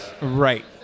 Right